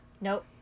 nope